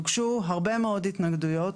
הוגשו הרבה מאוד התנגדויות,